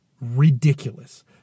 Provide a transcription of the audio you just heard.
ridiculous